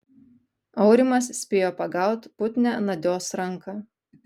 aurimas spėjo pagaut putnią nadios ranką